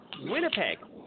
Winnipeg